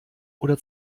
oder